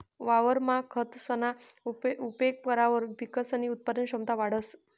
वावरमा खतसना उपेग करावर पिकसनी उत्पादन क्षमता वाढंस